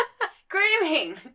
screaming